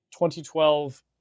2012